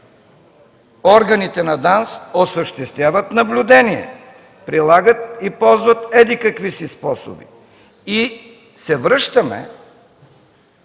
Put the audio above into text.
органите на ДАНС осъществяват наблюдение, прилагат и ползват еди-какви си способи. И се връщаме